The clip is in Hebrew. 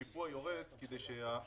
קביעת סכומים ששולמו מקרן השתלמות